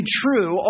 true